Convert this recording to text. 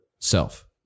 self